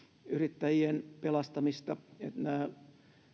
yrittäjien pelastamista ja kun nämä